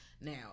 Now